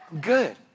Good